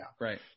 right